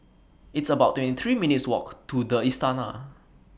It's about twenty three minutes' Walk to The Istana